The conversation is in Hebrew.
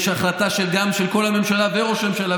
יש החלטה של כל הממשלה וראש הממשלה.